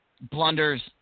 blunders